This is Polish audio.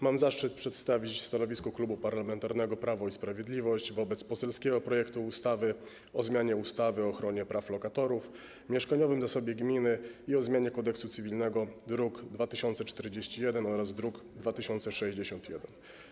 Mam zaszczyt przedstawić stanowisko Klubu Parlamentarnego Prawo i Sprawiedliwość w sprawie poselskiego projektu ustawy o zmianie ustawy o ochronie praw lokatorów, mieszkaniowym zasobie gminy i o zmianie Kodeksu cywilnego, druk nr 2041 oraz druk nr 2061.